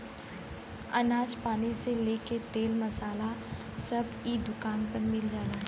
अनाज पानी से लेके तेल मसाला सब इ दुकान पर मिल जाला